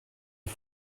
ihr